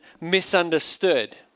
misunderstood